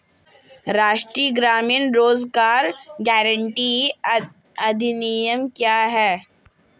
राष्ट्रीय ग्रामीण रोज़गार गारंटी अधिनियम क्या है?